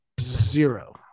Zero